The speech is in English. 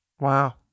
Wow